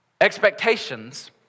Expectations